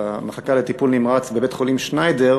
במחלקה לטיפול נמרץ בבית-החולים שניידר,